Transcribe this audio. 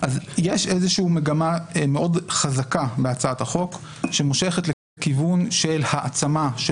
יש מגמה מאוד חזקה בהצעת החוק שמושכת לכיוון של העצמה של